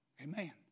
Amen